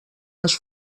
les